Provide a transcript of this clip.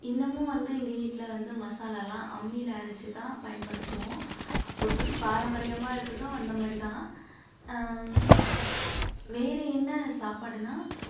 இன்னமும் வந்து எங்கள் வீட்டில் வந்து மசாலாலெலாம் அம்மியில் அரைத்துதான் பயன்படுத்துவோம் அப்போ எப்படி பாராம்பரியமாக இருக்குதோ அந்தமாதிரிதான் வேறு என்ன சாப்பாடுனால்